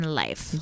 life